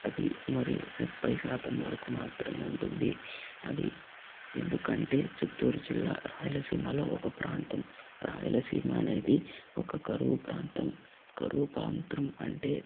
అది మరియు ముప్పై శాతం వరకు మాత్రమే ఉంటుంది అది ఎందుకంటే చిత్తూరు జిల్లా రాయలసీమలో ఒక ప్రాంతం రాయలసీమ అనేది ఒక కరువు ప్రాంతం కరువు ప్రాంతం అంటే